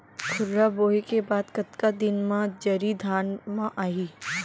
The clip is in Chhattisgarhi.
खुर्रा बोए के बाद कतका दिन म जरी धान म आही?